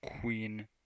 queen